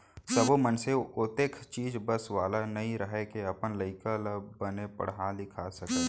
सब्बो मनसे ओतेख चीज बस वाला नइ रहय के अपन लइका ल बने पड़हा लिखा सकय